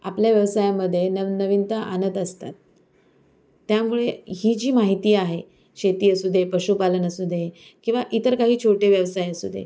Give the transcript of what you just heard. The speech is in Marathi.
आपल्या व्यवसायामध्ये नवनवीनता आणत असतात त्यामुळे ही जी माहिती आहे शेती असू दे पशुपालन असू दे किंवा इतर काही छोटे व्यवसाय असू दे